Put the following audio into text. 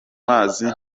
mazi